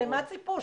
למה ציפו?